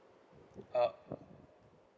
uh